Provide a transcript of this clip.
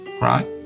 Right